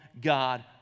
God